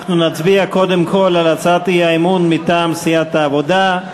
אנחנו נצביע קודם כול על הצעת האי-אמון מטעם סיעת העבודה: